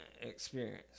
experience